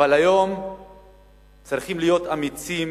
אבל היום צריכים להיות אמיצים